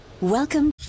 Welcome